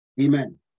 Amen